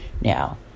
now